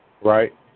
right